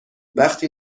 وقتی